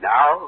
Now